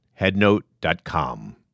headnote.com